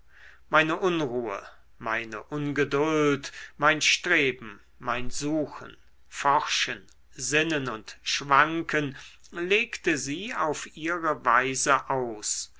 meine unruhe meine ungeduld mein streben mein suchen forschen sinnen und schwanken legte sie auf ihre weise aus